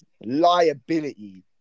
liability